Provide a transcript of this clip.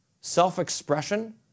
self-expression